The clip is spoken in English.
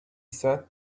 sat